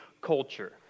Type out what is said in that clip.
culture